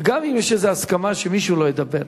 גם אם יש איזו הסכמה שמישהו לא ידבר.